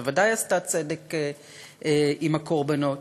שוודאי עשתה צדק עם הקורבנות.